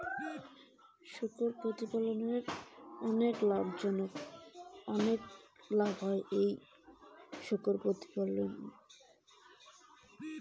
শূকর প্রতিপালনের কতটা লাভজনক?